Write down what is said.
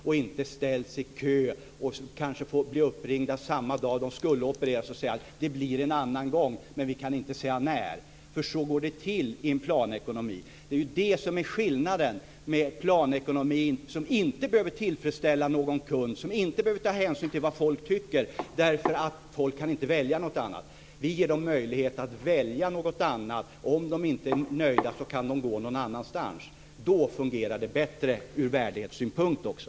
De har inte ställts i kö och blivit uppringda samma dag som de skulle opererats för att få beskedet att det blir en annan gång men att man inte kan säga när. Så går det till i en planekonomi. Det är skillnaden. Planekonomin behöver inte tillfredsställa någon kund eller ta hänsyn till vad folk tycker, därför att folk inte kan välja något annat. Vi ger dem möjlighet att välja något annat. Om de inte är nöjda kan de gå någon annanstans. Då fungerar det bättre ur värdighetssynpunkt också.